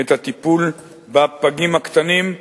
את הטיפול בפגים הקטנים,